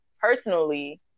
personally